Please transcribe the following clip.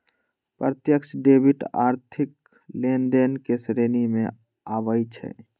प्रत्यक्ष डेबिट आर्थिक लेनदेन के श्रेणी में आबइ छै